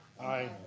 Aye